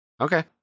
Okay